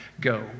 go